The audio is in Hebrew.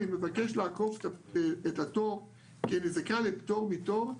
אני מבקש לעקוף את התור כי אני זכאי לפטור מתור.